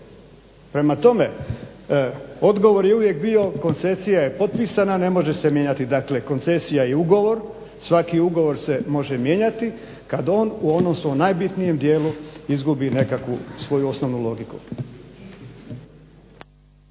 Prema tome, odgovor je uvijek bio koncesija je potpisana, ne može se mijenjati. Dakle, koncesija je ugovor. Svaki ugovor se može mijenjati kad ono u onom svom najbitnijem dijelu izgubi nekakvu svoju osnovnu logiku.